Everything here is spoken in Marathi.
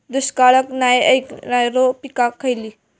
दुष्काळाक नाय ऐकणार्यो पीका खयली?